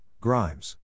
Grimes